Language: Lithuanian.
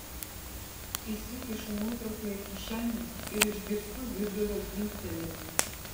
įsikišu nuotrauką į kišenę ir išgirstu virdulio dzingtelėjimą